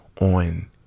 on